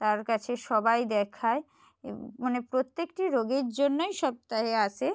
তার কাছে সবাই দেখায় মানে প্রত্যেকটি রোগের জন্যই সপ্তাহে আসে